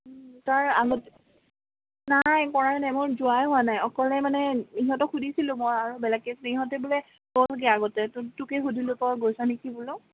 তই নাই কৰাই নাই মই যোৱাই হোৱা নাই অকলে মানে ইহঁতক সুধিছিলোঁ মই আৰু বেলেগকৈ ইহঁতে বোলে গ'লগৈ আগতে তো তোকে সুধিলোঁ তই গৈছ নেকি বোলো